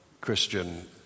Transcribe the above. Christian